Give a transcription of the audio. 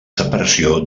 separació